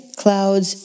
clouds